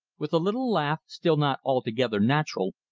with a little laugh, still not altogether natural,